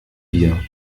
wir